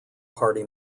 party